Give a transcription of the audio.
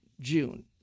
June